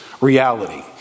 reality